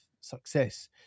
success